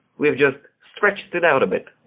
we've just stretched it out a bit.